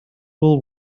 will